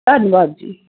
ਧੰਨਵਾਦ ਜੀ